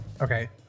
Okay